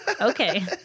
Okay